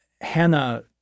Hannah